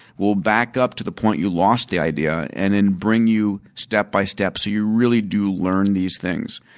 will back up to the point you lost the idea, and then bring you step by step so you really do learn these things.